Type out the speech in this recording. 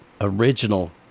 original